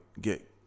get